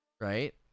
Right